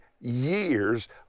years